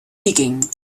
digging